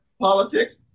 politics